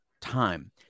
time